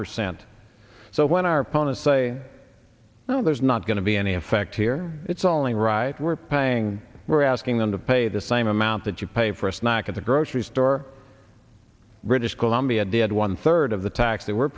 percent so when our opponents say well there's not going to be any effect here it's only right we're paying we're asking them to pay the same amount that you pay for a snack at the grocery store british columbia did one third of the tax they were